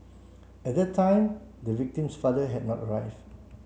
at that time the victim's father had not arrive